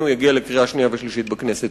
יגיע לקריאה שנייה ושלישית בכנסת.